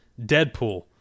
Deadpool